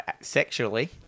Sexually